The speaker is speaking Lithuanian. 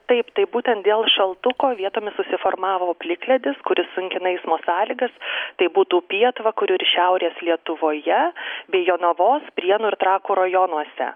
taip tai būtent dėl šaltuko vietomis susiformavo plikledis kuris sunkina eismo sąlygas tai būtų pietvakarių ir šiaurės lietuvoje bei jonavos prienų ir trakų rajonuose